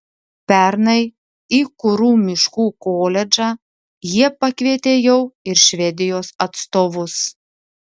pernai į kuru miškų koledžą jie pakvietė jau ir švedijos atstovus